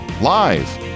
live